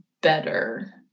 better